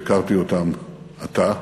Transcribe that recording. שהכרתי אותם עתה,